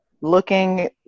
looking